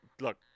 look